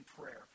prayer